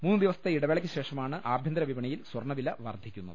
മൂ ന്നുദിവസത്തെ ഇടവേളയ്ക്ക് ശേഷമാണ് ആഭ്യന്തരവിപണിയിൽ സ്വർണവില വർധിക്കുന്നത്